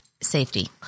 safety